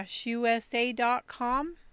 USA.com